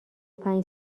پنج